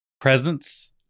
presence